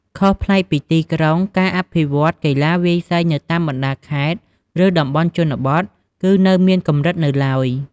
ខុសប្លែកពីទីក្រុង ការអភិវឌ្ឍន៍កីឡាវាយសីនៅតាមបណ្ដាខេត្ត ឬតំបន់ជនបទគឺនៅមានកម្រិតនៅទ្បើយ។